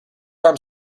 armed